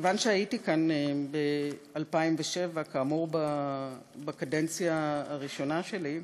כיוון שהייתי כאן ב-2007, בקדנציה הראשונה שלי,